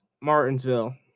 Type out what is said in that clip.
Martinsville